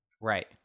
Right